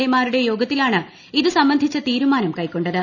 A മാരുടെ യോഗത്തിലാണ് ഇത് സംബന്ധിച്ച തീരുമാനം കൈക്കൊണ്ടത്